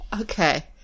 Okay